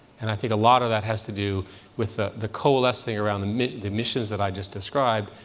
and i think a lot of that has to do with ah the coalescing around the the missions that i just described.